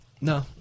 No